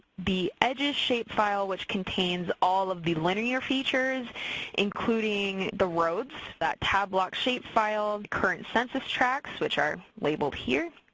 the edges shapefile which contains all of the linear features including the roads, that tabblock shapefile, current census tracts which are labeled here.